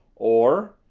or,